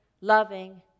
loving